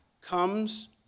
comes